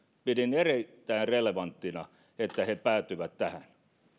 pidin erittäin relevanttina että he päätyvät tähän